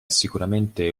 sicuramente